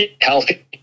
healthy